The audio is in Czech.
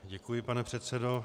Děkuji, pane předsedo.